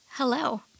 Hello